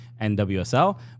NWSL